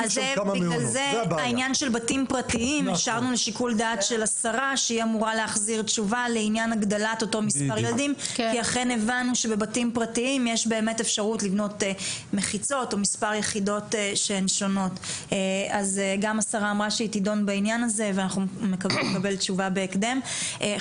הישיבה ננעלה בשעה 10:32.